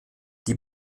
die